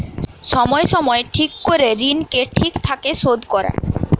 সময় সময় ঠিক করে ঋণকে ঠিক থাকে শোধ করা